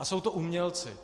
A jsou to umělci.